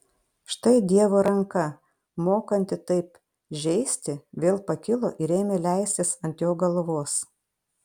štai dievo ranka mokanti taip žeisti vėl pakilo ir ėmė leistis ant jo galvos